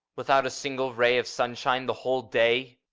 without a single ray of sunshine the whole day?